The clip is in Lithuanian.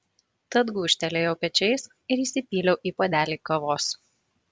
tad gūžtelėjau pečiais ir įsipyliau į puodelį kavos